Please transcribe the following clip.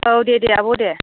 औ दे दे आब' दे